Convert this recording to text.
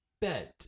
bed